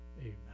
Amen